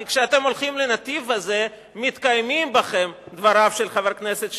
כי כשאתם הולכים לנתיב הזה מתקיימים בכם דבריו של חבר הכנסת שטרית,